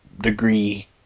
degree